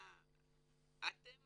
אתם